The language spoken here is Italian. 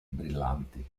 brillanti